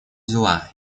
дела